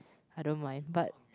I don't mind but